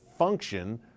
function